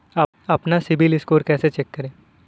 अपना CIBIL score कैसे check करें?